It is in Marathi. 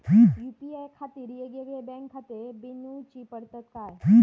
यू.पी.आय खातीर येगयेगळे बँकखाते बनऊची पडतात काय?